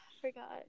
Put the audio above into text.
forgot